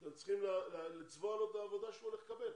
אתם צריכים לצבוע לו את העבודה שהוא צריך לקבל.